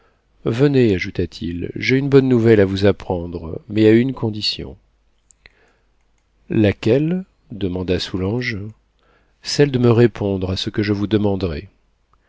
jeu venez ajouta-t-il j'ai une bonne nouvelle à vous apprendre mais à une condition laquelle demanda soulanges celle de me répondre à ce que je vous demanderai